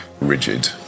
rigid